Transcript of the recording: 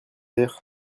rire